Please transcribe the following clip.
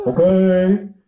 Okay